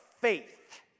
faith